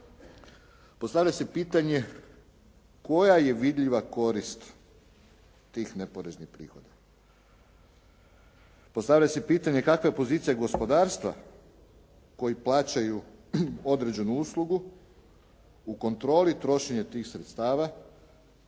Postavlja se pitanje koja je vidljiva korist tih neporeznih prihoda? Postavlja se pitanje kakva je pozicija gospodarstva koji plaćaju određenu uslugu u kontroli trošenja tih sredstava,